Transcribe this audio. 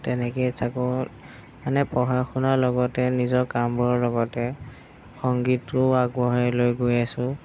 তেনেকেই থাকোঁ মানে পঢ়া শুনাৰ লগতে নিজৰ কামবোৰৰ লগতে সংগীতো আগবঢ়াই লৈ গৈ আছোঁ